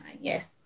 Yes